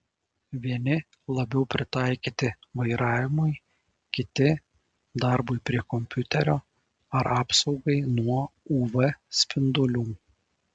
vieni labiau pritaikyti vairavimui kiti darbui prie kompiuterio ar apsaugai nuo uv spindulių